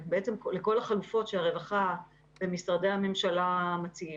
לכל החלופות שהרווחה ומשרדי הממשלה מציעים.